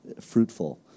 fruitful